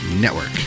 network